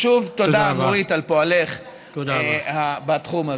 אז שוב, תודה, נורית, על פועלך בתחום הזה.